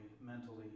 mentally